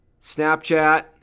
Snapchat